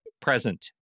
Present